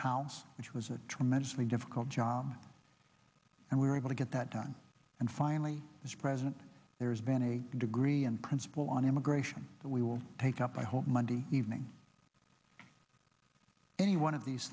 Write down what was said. house which was a tremendously difficult job and we were able to get that done and finally mr president there has been a degree and principle on immigration that we will take up i hope monday evening any one of these